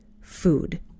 food